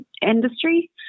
industry